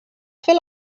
fer